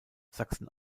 sachsen